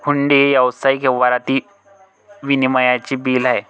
हुंडी हे व्यावसायिक व्यवहारातील विनिमयाचे बिल आहे